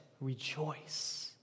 rejoice